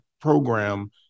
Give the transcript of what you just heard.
program